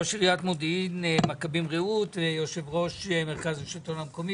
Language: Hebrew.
ראש עיריית מודיעין מכבים רעות ויושב-ראש מרכז השלטון המקומי.